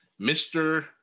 Mr